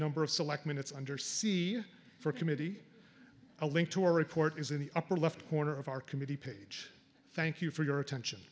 number of select minutes under c for committee a link to our report is in the upper left corner of our committee page thank you for your attention